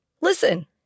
Listen